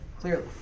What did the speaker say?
clearly